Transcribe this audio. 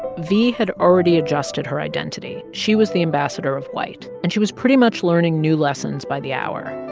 v had already adjusted her identity. she was the ambassador of white. and she was pretty much learning new lessons by the hour,